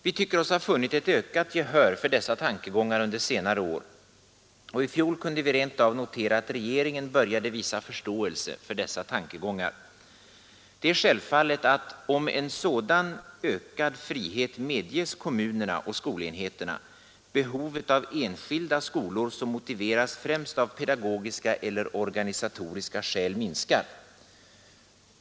Vi tycker oss ha funnit ett ökat gehör för dessa tankegångar under senare år, och i fjol kunde vi rent av notera att regeringen började visa förståelse för dessa tankegångar. Det är självfallet att, om en sådan ökad frihet medges kommunerna och skolenheterna, behovet av enskilda skolor som motiveras främst av pedagogiska eller organisatoriska skäl minskar.